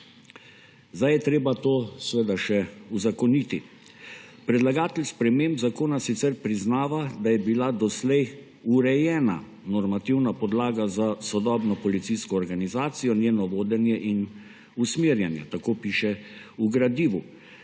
Zdaj je treba to še uzakoniti. Predlagatelj sprememb zakona sicer priznava, da je bila doslej urejena normativna podlaga za sodobno policijsko organizacijo, njeno vodenje in usmerjanje. Tako piše v gradivu.